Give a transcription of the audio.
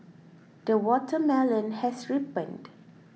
the watermelon has ripened